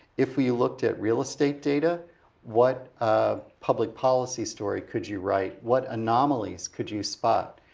if we looked at real estate data what ah public policy story could you write? what anomalies could you spot?